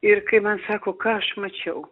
ir kai man sako ką aš mačiau